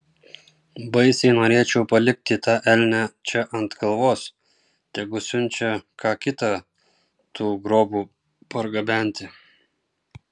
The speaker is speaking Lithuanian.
baisiai norėčiau palikti tą elnią čia ant kalvos tegu siunčia ką kitą tų grobų pargabenti